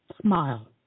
smile